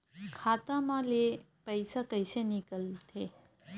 खाता मा ले पईसा कइसे निकल थे?